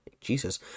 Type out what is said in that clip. jesus